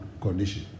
condition